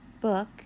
book